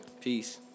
Peace